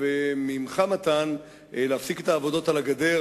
וממך, מתן, להפסיק את העבודות על הגדר